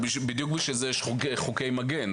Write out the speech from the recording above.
בדיוק בשביל זה יש חוקי מגן.